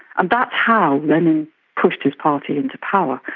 and how lenin pushed his party into power.